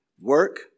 work